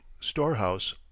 storehouse